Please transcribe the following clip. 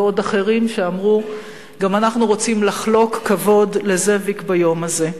ועוד אחרים שאמרו: גם אנחנו רוצים לחלוק כבוד לזאביק ביום הזה.